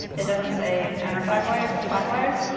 it doesn't say counterclockwise or clockwise.